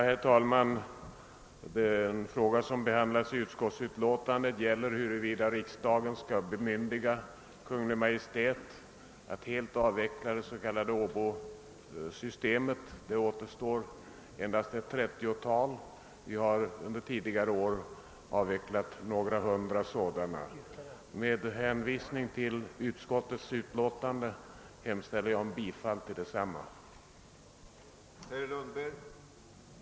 Herr talman! Den fråga som behandlas i förevarande utlåtande gäller huruvida riksdagen skall bemyndiga Kungl. Maj:t att helt avveckla det s.k. åbosystemet. Det återstår endast ett trettiotal åborätter; vi har under tidigare år avvecklat några hundra sådana. Med hänvisning till utlåtandet yrkar jag bifall till utskottets hemställan.